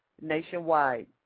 nationwide